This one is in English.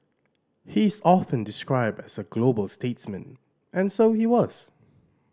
he is often described as a global statesman and so he was